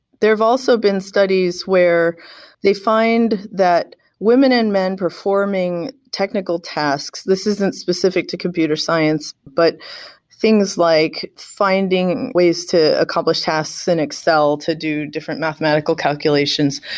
there have also been studies where they find that women and men performing technical tasks, this isn't specific to computer science, but things like finding ways to accomplish tasks and excel to do different mathematical calculations,